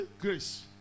Grace